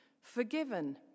Forgiven